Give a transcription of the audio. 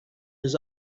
his